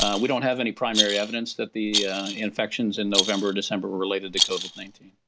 ah we don't have any primary evidence that the infections in november or december were related to covid nineteen.